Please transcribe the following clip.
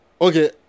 okay